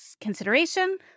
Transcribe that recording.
consideration